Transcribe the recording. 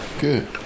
Good